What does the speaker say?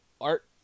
Art